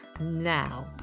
Now